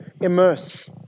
immerse